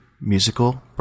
musical